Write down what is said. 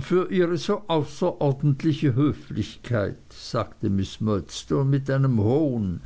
für ihre so außerordentliche höflichkeit sagte miß murdstone mit einem hohn